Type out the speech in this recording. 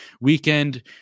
weekend